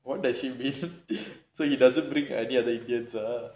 what does she so he doesn't bring any other indians ah